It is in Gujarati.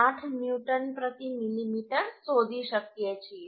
8 ન્યૂટન પ્રતિ મિલિમીટર શોધી શકીએ છીએ